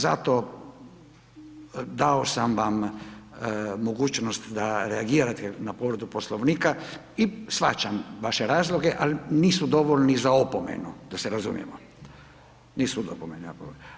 Zato dao sam vam mogućnost da reagirate na povredu Poslovnika i shvaćam vaše razloge ali nisu dovoljni za opomenu, da se razumijemo, nisu dovoljni za opomenu.